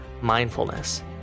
mindfulness